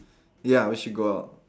ya we should go out